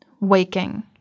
Waking